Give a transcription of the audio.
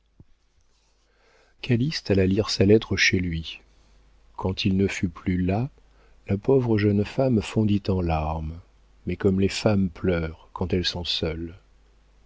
calyste alla lire sa lettre chez lui quand il ne fut plus là la pauvre jeune femme fondit en larmes mais comme les femmes pleurent quand elles sont seules